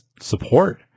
support